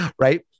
Right